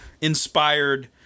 inspired